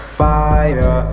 fire